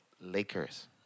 Lakers